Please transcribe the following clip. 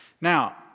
Now